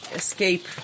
escape